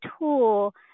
tool